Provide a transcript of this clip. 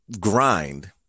grind